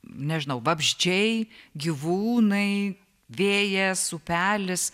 nežinau vabzdžiai gyvūnai vėjas upelis